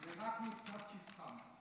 וזה רק מקצת שבחם.